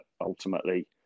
ultimately